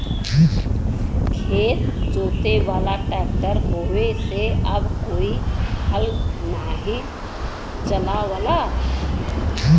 खेत जोते वाला ट्रैक्टर होये से अब कोई हल नाही चलावला